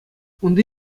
унти